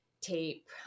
tape